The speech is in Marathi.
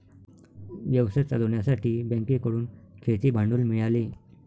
व्यवसाय चालवण्यासाठी बँकेकडून खेळते भांडवल मिळाले